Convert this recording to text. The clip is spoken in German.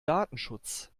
datenschutz